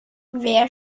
wer